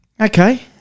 Okay